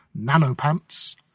nanopants